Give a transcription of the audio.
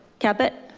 cabot.